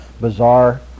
bizarre